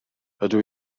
rydw